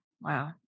Wow